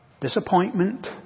disappointment